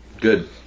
Good